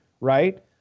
right